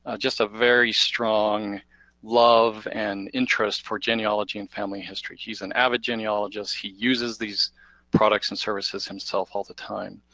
ah just a very strong love and interest for genealogy and family history. he's an avid genealogist, he uses these products and services himself all the time.